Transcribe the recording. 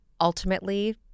ultimately